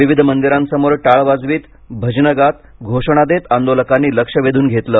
विविध मंदिरांसमोर टाळ वाजवित भजनं गात घोषणा देत आंदोलकांनी लक्ष वेधून घेतलं